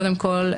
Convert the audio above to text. קודם כול,